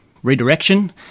Redirection